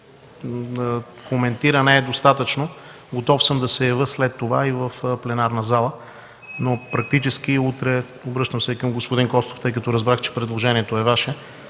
коментира, не е достатъчно, готов съм да се явя след това и в пленарната зала, но практически утре – обръщам се към господин Костов и господин Димитров, тъй като разбрах, че предложението е Ваше,